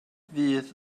fydd